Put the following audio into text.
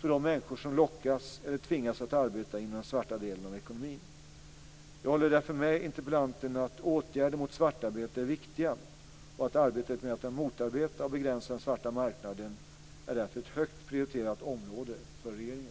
för de människor som lockas eller tvingas att arbeta inom den svarta delen av ekonomin. Jag håller därför med Marietta de Pourbaix-Lundin att åtgärder mot svartarbete är viktiga. Arbetet med att motarbeta och begränsa den svarta marknaden är därför ett högt prioriterat område för regeringen.